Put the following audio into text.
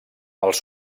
els